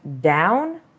down